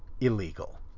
illegal